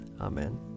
Amen